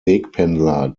wegpendler